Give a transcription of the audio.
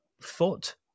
foot